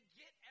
get